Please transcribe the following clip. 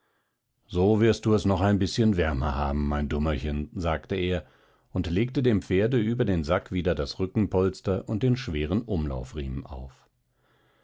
so wirst du es doch ein bißchen wärmer haben mein dummerchen sagte er und legte dem pferde über den sack wieder das rückenpolster und den schweren umlaufriemen auf